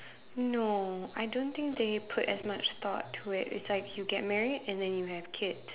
no I don't think they put as much thought to it it's like you get married and then you have kids